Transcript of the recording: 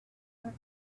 egypt